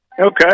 Okay